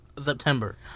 september